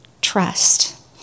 trust